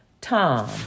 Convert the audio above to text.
Tom